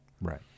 Right